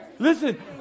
Listen